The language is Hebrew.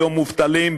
היום מובטלים,